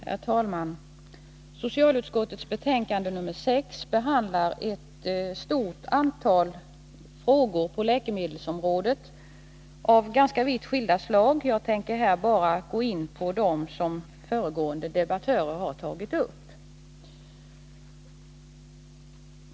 Herr talman! Socialutskottets betänkande nr 6 behandlar ett stort antal frågor på läkemedelsområdet av ganska vitt skilda slag. Jag tänker bara gå in på dem som föregående debattörer har tagit upp.